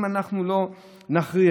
אם אנחנו לא נכריע